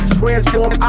transform